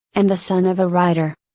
and the son of a writer.